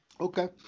Okay